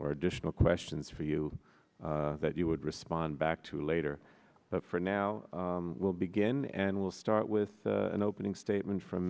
or additional questions for you that you would respond back to later but for now we'll begin and we'll start with an opening statement from